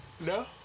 No